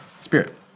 spirit